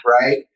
right